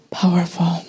Powerful